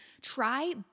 try